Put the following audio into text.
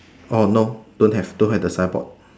oh no don't have don't have the signboard